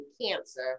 Cancer